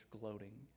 gloating